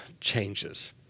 changes